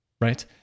Right